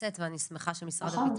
לצאת ואני שמחה שמשרד הביטחון -- נכון,